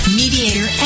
mediator